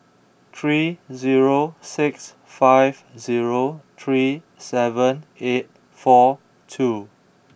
three zero six five zero three seven eight four two